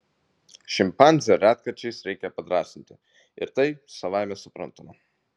šimpanzę retkarčiais reikia padrąsinti ir tai savaime suprantama